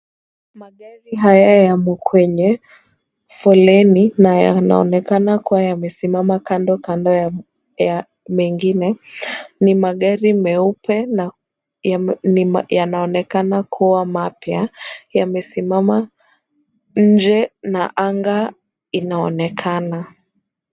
Magari haya yamo kwenye foleni na yanaonekana kuwa yamesimama kando kando ya mengine. Ni magari meupe na yanaonekana kuwa mapya. Yamesimama nje na anga inaonekana.